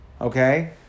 Okay